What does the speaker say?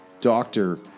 Doctor